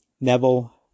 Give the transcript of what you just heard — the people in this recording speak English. Neville